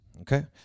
Okay